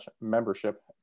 membership